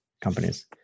companies